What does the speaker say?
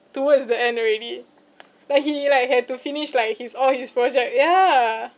towards the end already like he like had to finish like his all his project yeah